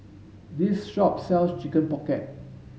this shop sells chicken pocket